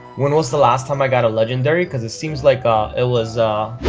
when was the last time i got a legendary because it seems like ah it was ah